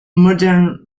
modern